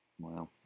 Wow